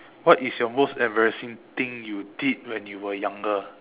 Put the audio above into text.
what is your most embarrassing thing you did when you were younger